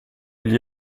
gli